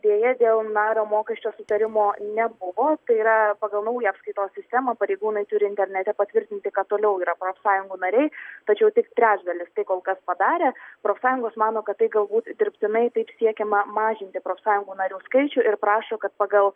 deja dėl nario mokesčio sutarimo nebuvo tai yra pagal naują apskaitos sistemą pareigūnai turi internete patvirtinti kad toliau yra profsąjungų nariai tačiau tik trečdalis tai kol kas padarė profsąjungos mano kad tai galbūt dirbtinai taip siekiama mažinti profsąjungų narių skaičių ir prašo kad pagal